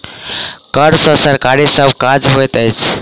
कर सॅ सरकारक सभ काज होइत छै